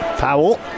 Powell